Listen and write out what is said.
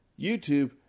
YouTube